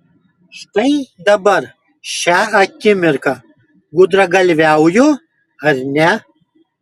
štai dabar šią akimirką gudragalviauju ar ne